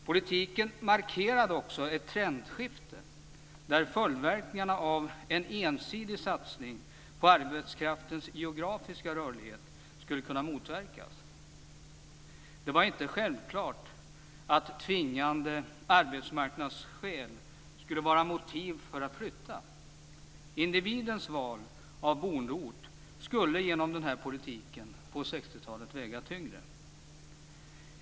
Politiken markerade också ett trendskifte där följdverkningarna av en ensidig satsning på arbetskraftens geografiska rörlighet skulle kunna motverkas. Det var inte självklart att tvingande arbetsmarknadsskäl skulle vara motiv för att flytta. Individens val av boendeort skulle genom den här politiken på 60-talet väga tyngre.